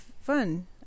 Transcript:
fun